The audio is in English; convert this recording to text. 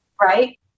right